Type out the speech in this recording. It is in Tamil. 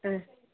ம்